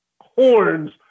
horns